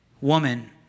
woman